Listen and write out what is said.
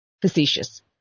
facetious